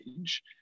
age